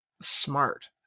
Smart